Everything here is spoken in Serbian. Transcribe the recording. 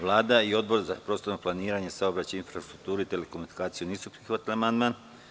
Vlada i Odbor za prostorno planiranje, saobraćaj, infrastrukturu i telekomunikacije nisu prihvatili amandman.